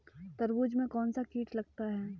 तरबूज में कौनसा कीट लगता है?